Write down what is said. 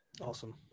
Awesome